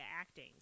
acting